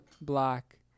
black